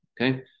Okay